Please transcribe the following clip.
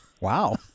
Wow